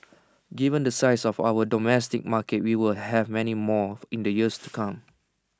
given the size of our domestic market we will have many more in the years to come